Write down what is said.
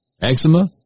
eczema